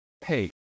hey